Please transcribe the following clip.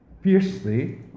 fiercely